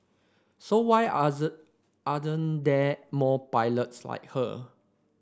so why aren't there more pilots like her